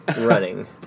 running